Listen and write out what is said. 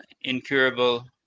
incurable